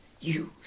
use